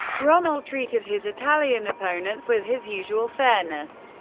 rommel treated his italian opponents with his usual fairness,